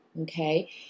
okay